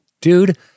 Dude